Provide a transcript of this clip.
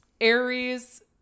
aries